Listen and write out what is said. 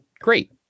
great